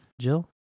Jill